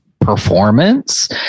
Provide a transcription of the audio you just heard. performance